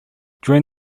during